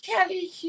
Kelly